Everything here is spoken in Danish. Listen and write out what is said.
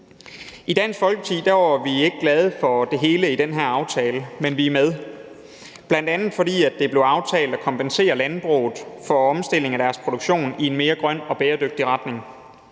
I Dansk Folkeparti er vi ikke glade for det hele i den her aftale, men vi er med, bl.a. fordi det blev aftalt at kompensere landbruget for omstilling af produktionen i en mere grøn og bæredygtig retning.